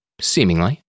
Seemingly